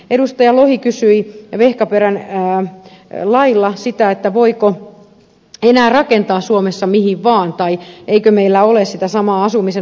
edustaja lohi kysyi vehkaperän lailla sitä voiko enää rakentaa suomessa mihin vaan tai eikö meillä ole sitä samaa asumisen oikeutta